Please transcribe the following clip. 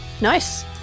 Nice